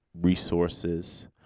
resources